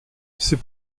c’est